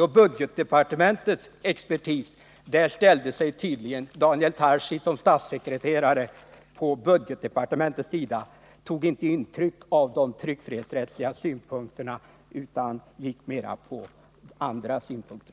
och budgetdepartementets expertis ställde sig tydli gen Daniel Tarschys som statssekreterare i statsrådsberedningen på budgetdepartementets sida och tog inte intryck av de tryckfrihetsrättsliga synpunkterna. Han fäste sig mera vid andra synpunkter.